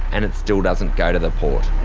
and it still doesn't go to the port.